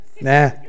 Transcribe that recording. nah